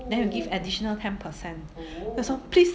then we give additional ten percent then 我说 please